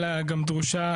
אלא גם דרושה,